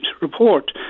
report